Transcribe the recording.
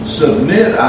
submit